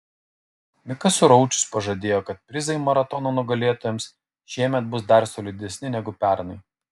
mikas suraučius pažadėjo kad prizai maratono nugalėtojams šiemet bus dar solidesni negu pernai